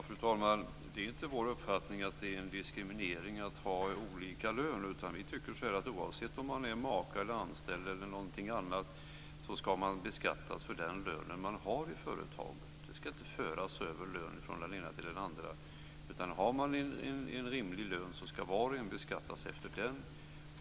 Fru talman! Det är inte vår uppfattning att det är en diskriminering att ha olika lön. Vi tycker att oavsett om man är maka, anställd eller något annat ska man beskattas för den lön man har i företaget. Det ska inte föras över lön från den ena till den andra, utan har man en rimlig lön ska var och en beskattas efter den.